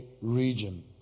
region